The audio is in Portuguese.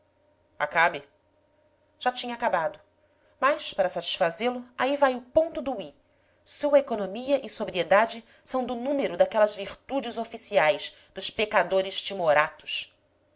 acabe já tinha acabado mas para satisfazê lo aí vai o ponto do i sua economia e sobriedade são do número daquelas virtudes oficiais dos pecadores